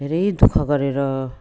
धेरै दुःख गरेर